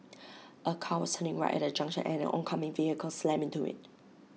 A car was turning right at A junction and an oncoming vehicle slammed into IT